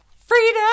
freedom